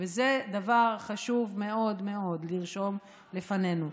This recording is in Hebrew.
וזה דבר חשוב מאוד מאוד לרשום לפנינו,